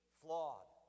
flawed